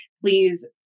Please